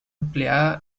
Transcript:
empleada